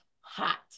hot